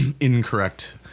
incorrect